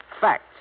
fact